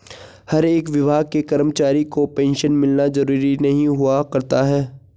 हर एक विभाग के कर्मचारी को पेन्शन मिलना जरूरी नहीं हुआ करता है